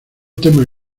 tema